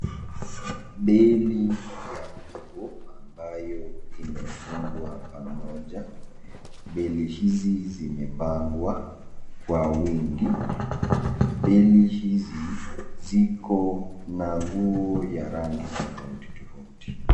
Beli ya nguo ambayo imefungwa pamoja beli hizi zimepangwa kwa wingi, beli hizi ziko na nguo ya rangi tofauti tofauti.